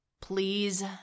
Please